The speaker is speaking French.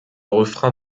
refrain